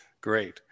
great